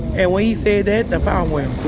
and when he said that, the power